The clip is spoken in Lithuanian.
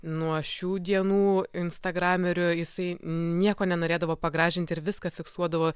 nuo šių dienų instagramerio jisai nieko nenorėdavo pagražinti ir viską fiksuodavo